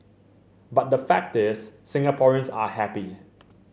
but the fact is Singaporeans are happy